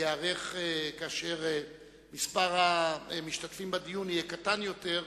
ייערך כאשר מספר המשתתפים בדיון יהיה קטן יותר,